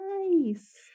nice